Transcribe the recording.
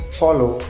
follow